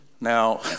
Now